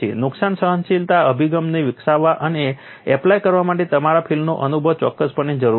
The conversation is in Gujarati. નુકસાન સહનશીલતા અભિગમને વિકસાવવા અને એપ્લાય કરવા માટે તમારા ફિલ્ડનો અનુભવ ચોક્કસપણે જરૂરી છે